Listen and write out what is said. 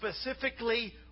specifically